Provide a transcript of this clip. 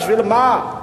בשביל מה?